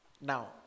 Now